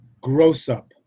gross-up